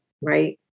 right